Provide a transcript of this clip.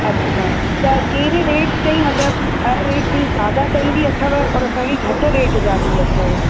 अच्छा त कहिड़ी रेट ताईं मतिलब हरु रेट ताईं ज्यादा रेट बि अथव और असांखे घटि रेट जा बि अथव